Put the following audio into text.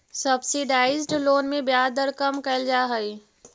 subsidised loan में ब्याज दर कम कैल जा हइ